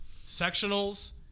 sectionals